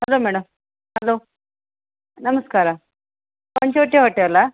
hello madam hello ನಮಸ್ಕಾರ ಪಂಚವಟಿ ಹೋಟೇಲಾ